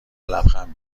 لبخند